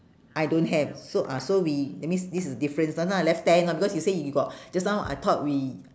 I don't have so ah so we that means this is a difference then now I left ten lah because you say you got just now I thought we